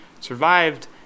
survived